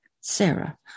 Sarah